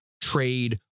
Trade